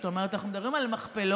זאת אומרת, אנחנו מדברים על מכפלות